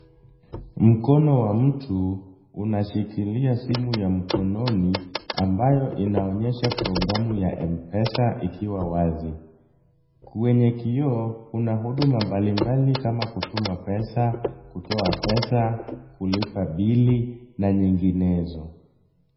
Mkono wa mtu unashikilia simu ya mkononi, ambayo inaonyesha programu ya M-Pesa ikiwa wazi. Kwenye kioo, kuna huduma mbalimbali kama kutuma pesa, kutoa pesa, kulipa bili na nyinginezo.